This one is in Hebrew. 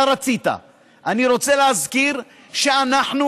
אני רוצה להזכיר שאנחנו,